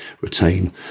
retain